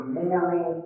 moral